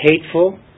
Hateful